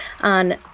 on